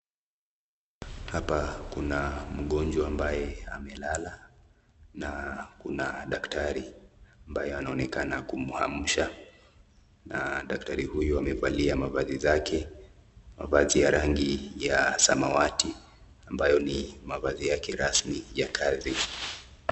Hapa kuna mgonjwa ambaye amelala na kuna daktari ambaye anaonekana kumuamsha na daktari huyu amevalia mavazi zake; mavazi ya rangi ya samawati ambayo ni mavazi yake rasmi ya kazi.